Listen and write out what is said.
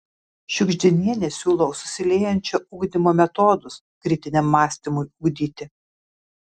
šiugždinienė siūlo susiliejančio ugdymo metodus kritiniam mąstymui ugdyti